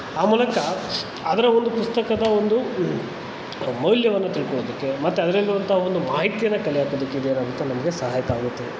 ಆ ಮೂಲಕ ಅದರ ಒಂದು ಪುಸ್ತಕದ ಒಂದು ಮೌಲ್ಯವನ್ನು ತಿಳ್ಕೊಳ್ಳೋದಕ್ಕೆ ಮತ್ತು ಅದರಲ್ಲಿರುವಂಥ ಒಂದು ಮಾಹಿತಿಯನ್ನು ಕಲೆ ಹಾಕೋದಕ್ಕೆ ಇದೀರಂತ ನಮಗೆ ಸಹಾಯಕ ಆಗತ್ತೆ